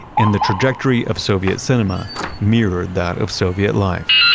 and the trajectory of soviet cinema mirrored that of soviet life,